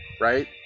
right